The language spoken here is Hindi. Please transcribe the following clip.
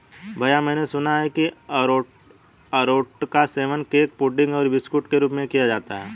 भैया मैंने सुना है कि अरारोट का सेवन केक पुडिंग और बिस्कुट के रूप में किया जाता है